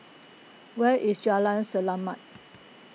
where is Jalan Selamat